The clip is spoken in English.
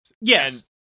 Yes